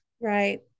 Right